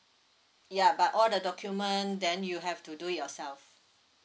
yeah but all the document then you have to do yourself